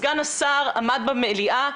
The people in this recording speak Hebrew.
סגן השר עמד במליאה,